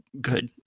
good